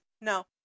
No